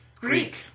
Greek